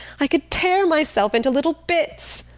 i could tear myself into little bits!